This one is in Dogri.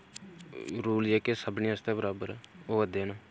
रूल जेह्के सभनें आस्तै बराबर होआ दे न